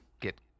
get